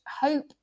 Hope